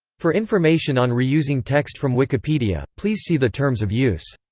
for information on reusing text from wikipedia, please see the terms of use.